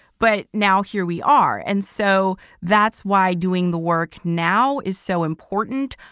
but now here we are. and so that's why doing the work now is so important.